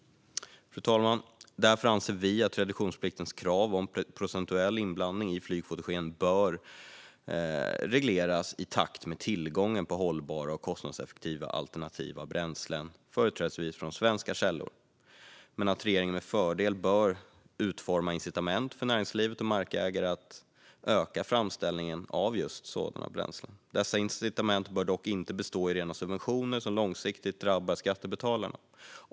Fru talman! Vi anser att reduktionspliktens krav om procentuell inblandning i flygfotogen bör regleras i takt med tillgången på hållbara och kostnadseffektiva alternativa bränslen, från företrädesvis svenska källor, men att regeringen med fördel bör utforma incitament för näringslivet och markägare att öka framställningen av just sådana bränslen. Dessa incitament bör dock inte bestå i rena subventioner som långsiktigt drabbar skattebetalarna.